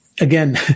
Again